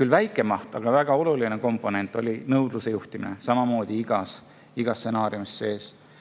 Küll väikese mahuga, aga väga oluline komponent oli nõudluse juhtimine, mis oli samamoodi igas stsenaariumis sees.